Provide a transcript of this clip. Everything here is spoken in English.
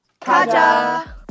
Kaja